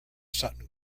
sutton